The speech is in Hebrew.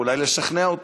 ואולי לשכנע אותו.